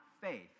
faith